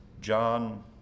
John